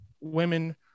women